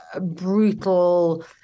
brutal